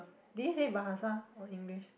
did he say Bahasa or English